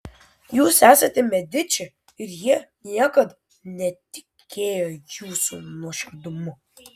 jūs esate mediči ir jie niekad netikėjo jūsų nuoširdumu